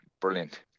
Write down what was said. brilliant